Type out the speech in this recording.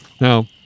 Now